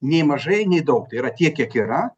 nei mažai nei daug tai yra tiek kiek yra